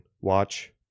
watch